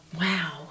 wow